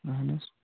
اہن حظ